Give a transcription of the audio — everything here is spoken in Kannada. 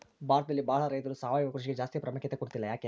ಭಾರತದಲ್ಲಿ ಬಹಳ ರೈತರು ಸಾವಯವ ಕೃಷಿಗೆ ಜಾಸ್ತಿ ಪ್ರಾಮುಖ್ಯತೆ ಕೊಡ್ತಿಲ್ಲ ಯಾಕೆ?